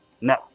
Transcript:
No